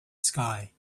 sky